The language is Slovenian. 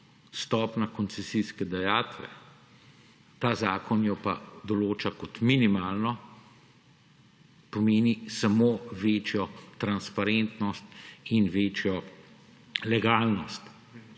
stopnja koncesijske dajatve, ta zakon jo pa določa kot minimalno, to pomeni samo večjo transparentnost in večjo legalnost